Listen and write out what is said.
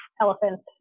elephants